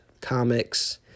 comics